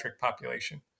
population